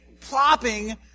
plopping